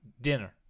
Dinner